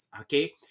okay